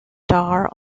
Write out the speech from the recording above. star